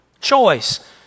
Choice